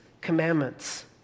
commandments